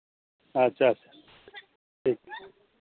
ᱟᱪᱪᱷᱟ ᱟᱪᱪᱷᱟ ᱴᱷᱤᱠ